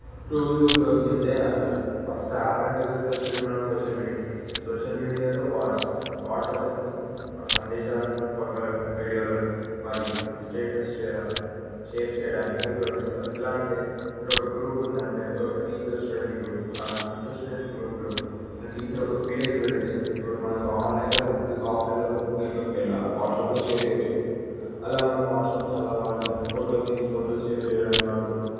రోజు ఉపయోగించే యాప్లు ఫస్ట్ యాప్లు అంటే గుర్తొచ్చేది మనకు సోషల్ మీడియా సోషల్ మీడియాలో వాట్సప్ వాట్సప్ ఎందుకు మన సందేశాలను ఫోటోలను వీడియోలను మరియు స్టేటస్ జరా షేర్ చేయడానికి ఉపయోగిస్తారు ఎలా అంటే ఇప్పుడు ఒక గ్రూప్ ఉందంటే ఒక టీచర్ స్టూడెంట్ గ్రూప్ ఆ టీచర్ స్టూడెంట్ గ్రూపులో మన టీచర్ ఒక పిడిఎఫ్ పెడితే ఇప్పుడు మనకు ఆన్లైన్లో బుక్ ఆఫ్లైన్లో బుక్ దొరకకపోయినా వాట్సాప్లో షేర్ చేయవచ్చు అలా మనం వాట్సాప్ని అలా వాడుతాము ఫోటోలు దిగి ఫోటోలు షేర్ చేయడానికి వాడుతాము